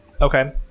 Okay